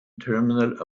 terminal